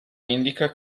indica